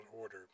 order